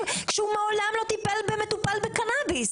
כשהוא מעולם לא טיפל במטופל בקנביס?